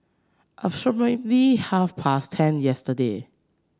approximately half past ten yesterday